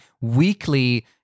weekly